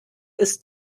ist